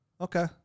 Okay